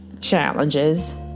challenges